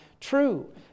true